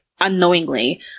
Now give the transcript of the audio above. unknowingly